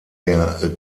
der